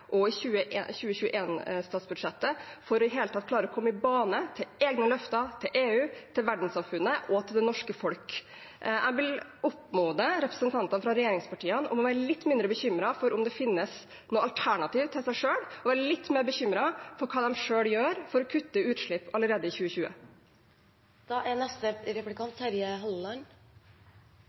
og i 2021-statsbudsjettet for i det hele tatt å klare å komme i bane til egne løfter, til EU, til verdenssamfunnet og til det norske folk. Jeg vil oppfordre representantene fra regjeringspartiene til å være litt mindre bekymret for om det finnes noe alternativ til en selv, og være litt mer bekymret for hva de selv gjør for å kutte utslipp allerede i